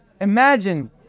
Imagine